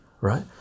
right